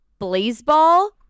blazeball